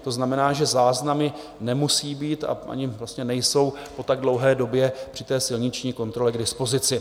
To znamená, že záznamy nemusí být a ani vlastně nejsou po tak dlouhé době při silniční kontrole k dispozici.